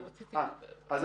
אני רציתי --- אוקיי.